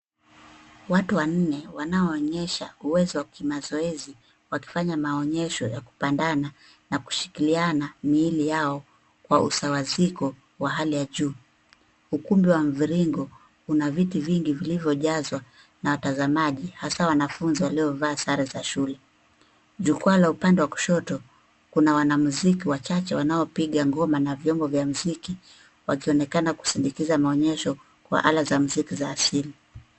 Watu wanne wanaonyesha uwezo wa kimazoezi wakifanya maonyesho ya kupandana na kushikiliana miili yao kwa usawaziko wa hali ya ju. Ukumbi wa mviringo una viti vingi vilivyojazwa na watazamaji hasa wanafunzi walivaa sare za shule. Jukwaa la upande wa kushoto kuna wanamziki wachache wanaopiga ngoma na vyombo vya mziki wakionekana kusindikiza maonyesho kwa ala za mziki za asili.